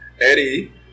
Eddie